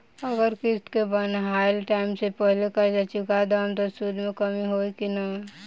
अगर किश्त के बनहाएल टाइम से पहिले कर्जा चुका दहम त सूद मे कमी होई की ना?